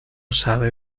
sabe